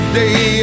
day